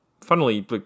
funnily